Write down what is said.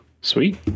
Sweet